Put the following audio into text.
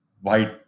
white